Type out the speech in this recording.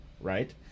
Right